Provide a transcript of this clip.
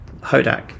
Hodak